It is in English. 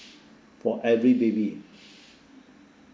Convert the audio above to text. for every baby